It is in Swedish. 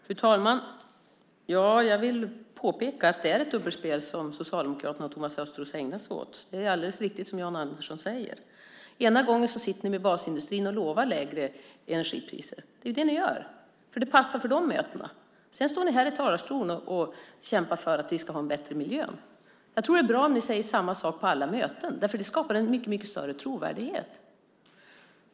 Fru talman! Jag vill påpeka att det är ett dubbelspel som Socialdemokraterna och Thomas Östros ägnar sig åt. Det är alldeles riktigt som Jan Andersson säger. Ena gången sitter ni med basindustrin och lovar lägre energipriser. Det är det ni gör, för det passar för de mötena. Sedan står ni här i talarstolen och kämpar för att vi ska ha en bättre miljö. Jag tror att det är bra om ni säger samma sak på alla möten. Det skapar en mycket större trovärdighet.